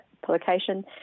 publication –